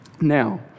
Now